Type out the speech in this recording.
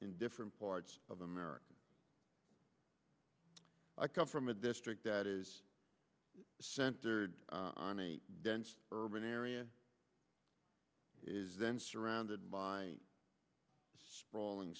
in different parts of america i come from a district that is centered on a dense urban area is then surrounded by sprawling